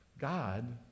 God